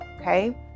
okay